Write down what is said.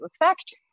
effect